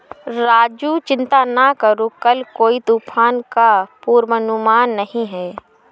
राजू चिंता ना करो कल कोई तूफान का पूर्वानुमान नहीं है